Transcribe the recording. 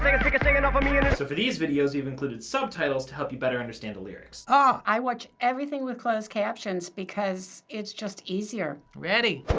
like and but so for these videos, we've included subtitles to help you better understand the lyrics. ah! i watch everything with closed captions, because it's just easier. ready.